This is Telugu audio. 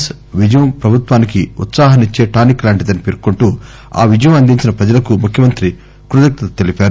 ఎస్ విజయం ప్రభుత్వానికి ఉత్పాహాన్నిచ్చే టానిక్ లాంటిదని పేర్కొంటూ ఆ విజయం అందించిన ప్రజలకు ముఖ్యమంత్రి కృతజ్ఞత తెలిపారు